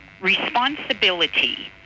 responsibility